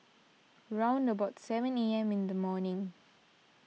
round about seven A M in the morning